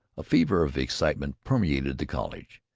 a fever of excitement permeated the college.